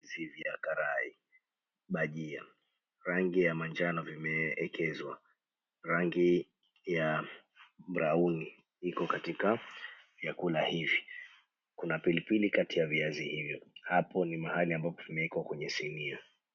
Viazi vya karai, bhajia rangi ya manjano vimeegezwa, rangi ya brauni iko katika vyakula hivi kuna pilipili Kati ya viazi hivyo hapo ni mahali mambo vimewekwa katika sinia.